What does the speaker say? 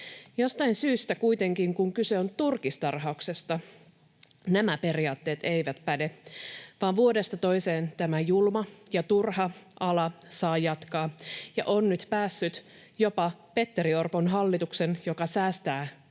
Jostain syystä kuitenkin, kun kyse on turkistarhauksesta, nämä periaatteet eivät päde, vaan vuodesta toiseen tämä julma ja turha ala saa jatkaa ja on nyt päässyt jopa Petteri Orpon hallituksen, joka säästää kuulemma